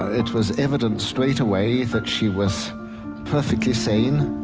it was evident straightaway that she was perfectly sane.